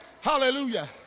Hallelujah